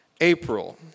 April